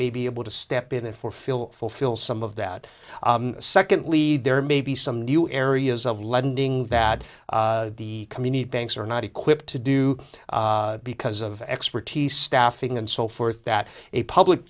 may be able to step in and for fill fulfill some of that secondly there may be some new areas of lending that the community banks are not equipped to do because of expertise staffing and so forth that a public